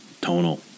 tonal